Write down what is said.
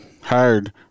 Hired